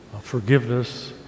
forgiveness